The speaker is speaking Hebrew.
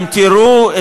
אם תראו,